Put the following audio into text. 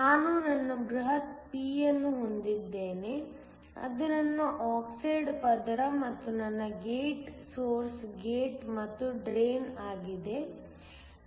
ನಾನು ನನ್ನ ಬೃಹತ್ p ಅನ್ನು ಹೊಂದಿದ್ದೇನೆ ಅದು ನನ್ನ ಆಕ್ಸೈಡ್ ಪದರ ಮತ್ತು ನನ್ನ ಗೇಟ್ ಸೊರ್ಸ್ ಗೇಟ್ ಮತ್ತು ಡ್ರೈನ್ ಆಗಿದೆ